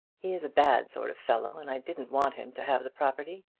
he is a bad sort of fellow, and i didn't want him to have the property.